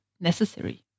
necessary